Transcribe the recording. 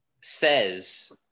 says